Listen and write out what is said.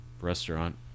restaurant